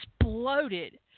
Exploded